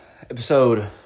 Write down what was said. episode